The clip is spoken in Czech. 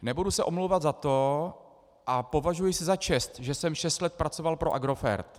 Nebudu se omlouvat za to a považuji si za čest, že jsem šest let pracoval pro Agrofert.